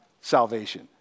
salvation